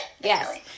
Yes